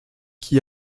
qui